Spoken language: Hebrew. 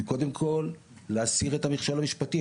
זה קודם כל להסיר את המכשול המשפטי,